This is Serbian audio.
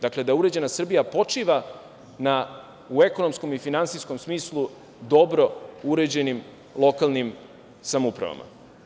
Dakle, da uređena Srbija počiva na, u ekonomskom i finansijskom smislu dobro uređenim lokalnim samoupravama.